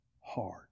hard